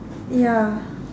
ya